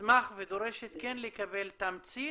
תשמח ודורשת לקבל תמצית